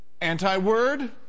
Anti-word